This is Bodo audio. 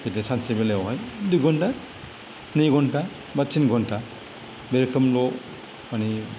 बिदिनो सानसे बेलायावहाय दुइ घन्टा नै घन्टा बा तिन घन्टा बे रोखोमल' माने